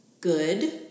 good